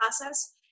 process